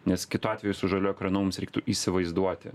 nes kitu atveju su žaliu ekranu mums reiktų įsivaizduoti